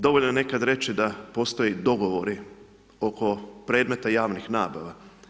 Dovoljno je nekada reći da postoje dogovori oko predmeta javnih nabava.